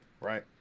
right